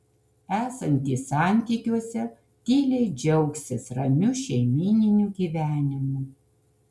esantys santykiuose tyliai džiaugsis ramiu šeimyniniu gyvenimu